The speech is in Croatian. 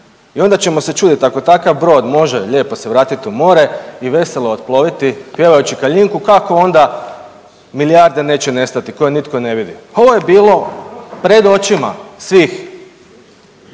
I onda ćemo se čudit ako takav brod može lijepo se vratiti u more i veselo otploviti pjevajući Kaljinku kako onda milijarde neće nestati koje nitko ne vidi. Ovo je bilo pred očima svih.